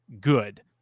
good